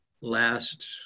last